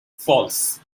false